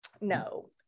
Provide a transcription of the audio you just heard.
No